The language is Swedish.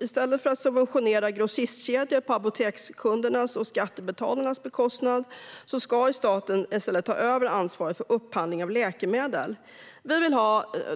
I stället för att subventionera grossistkedjor på apotekskundernas och skattebetalarnas bekostnad bör staten ta över ansvaret för upphandling av läkemedel.